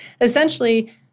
Essentially